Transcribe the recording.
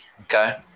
Okay